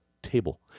table